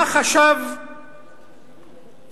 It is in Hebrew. מה חשב אותו